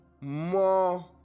more